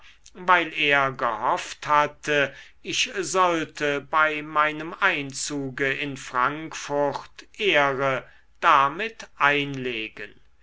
weil er gehofft hatte ich sollte bei meinem einzuge in frankfurt ehre damit einlegen